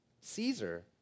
Caesar